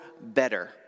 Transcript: better